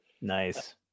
Nice